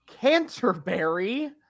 canterbury